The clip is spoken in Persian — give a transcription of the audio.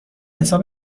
حساب